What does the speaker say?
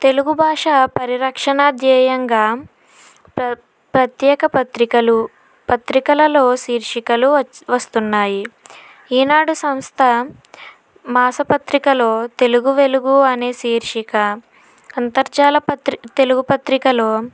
తెలుగు భాష పరిరక్షణ ధ్యేయంగా ప్ర ప్రత్యేక పత్రికలు పత్రికలలో శీర్షికలు వస్తున్నాయి ఈనాడు సంస్థ మాసపత్రికలో తెలుగు వెలుగు అనే శీర్షిక అంతర్జాల పత్రిక తెలుగు పత్రికలో